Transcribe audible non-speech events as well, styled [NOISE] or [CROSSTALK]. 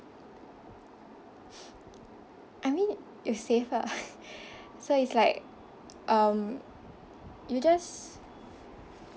I mean it's safe lah [LAUGHS] so it's like um you just